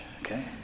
okay